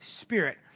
Spirit